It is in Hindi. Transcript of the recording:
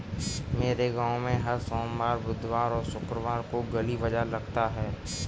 मेरे गांव में हर सोमवार बुधवार और शुक्रवार को गली बाजार लगता है